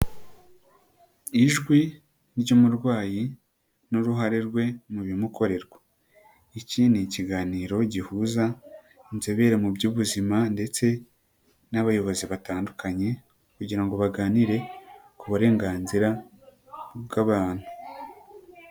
Ijwi ry'umurwayi n'uruhare rwe mu bimukorerwa, iki ni ikiganiro gihuza inzobere mu by'ubuzima ndetse n'abayobozi batandukanye kugira ngo baganire ku burenganzira bw'abantu.